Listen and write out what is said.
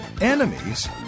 enemies